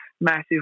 massive